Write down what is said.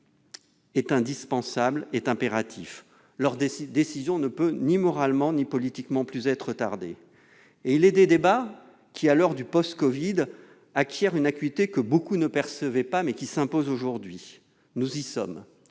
est indispensable, impératif ! L'heure des décisions ne peut plus, ni moralement ni politiquement, être retardée. Il est des débats qui, à l'heure du post-Covid, acquièrent une acuité que beaucoup ne percevaient pas, mais qui s'impose aujourd'hui. Nous y sommes